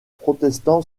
protestant